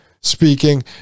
speaking